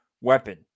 weapon